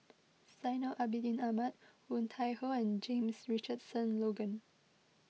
Zainal Abidin Ahmad Woon Tai Ho and James Richardson Logan